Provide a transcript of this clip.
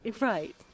Right